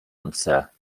answer